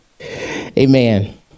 amen